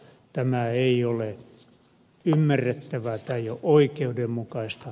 tämä ei ole ymmärrettävää tämä ei ole oikeudenmukaista